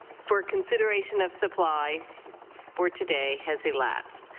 for consideration of supply for today has elapsed.